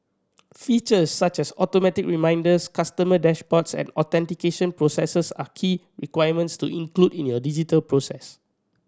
features such as automated reminders customer dashboards and authentication processes are key requirements to include in your digital process